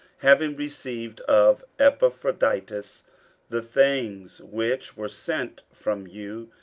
having received of epaphroditus the things which were sent from you,